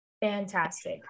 Fantastic